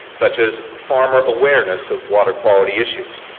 such as former awareness of water quality issues.